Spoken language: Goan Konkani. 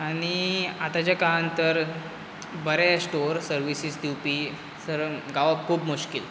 आनी आतांच्या काळांत तर बरें स्टोर सर्विसीस दिवपी सर गावप खूब मुश्कील